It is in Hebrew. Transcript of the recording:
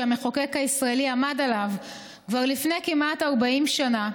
שהמחוקק הישראלי עמד עליו כבר לפני כמעט 40 שנה,